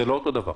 זה לא אותו דבר.